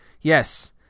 yes